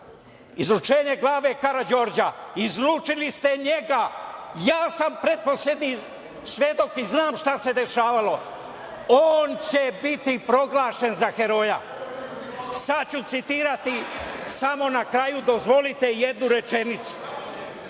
Izručenje glave Karađorđa. Izručili ste njega. Ja sam pretposlednji svedok i znam šta se dešavalo. On će biti proglašen za heroja. Sad ću citirati, samo na kraju dozvolite jednu rečenicu. Jeste